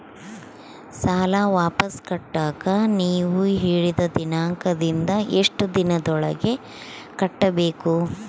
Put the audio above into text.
ಸಾಲ ವಾಪಸ್ ಕಟ್ಟಕ ನೇವು ಹೇಳಿದ ದಿನಾಂಕದಿಂದ ಎಷ್ಟು ದಿನದೊಳಗ ಕಟ್ಟಬೇಕು?